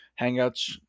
hangouts